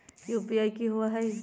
UPI कि होअ हई?